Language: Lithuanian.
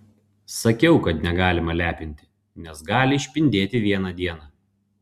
sakiau kad negalima lepinti nes gali išpindėti vieną dieną